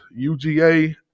UGA